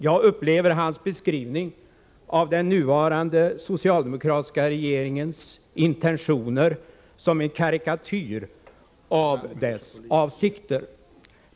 Jag upplever hans beskrivning av den nuvarande socialdemokratiska regeringens intentioner som en karikatyr.